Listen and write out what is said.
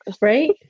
right